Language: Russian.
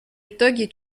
итоги